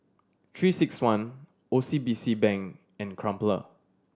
Three Six One O C B C Bank and Crumpler